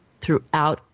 throughout